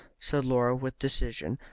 said laura, with decision.